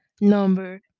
Number